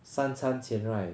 三餐前 right